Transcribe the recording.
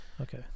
Okay